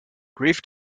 grief